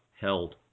held